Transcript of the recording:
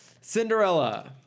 Cinderella